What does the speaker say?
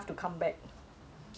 mm mm mm